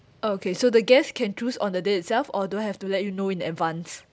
okay so the guests can choose on the day itself or do I have to let you know in advance